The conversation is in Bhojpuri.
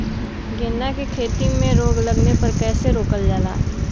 गेंदा की खेती में रोग लगने पर कैसे रोकल जाला?